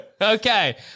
Okay